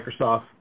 Microsoft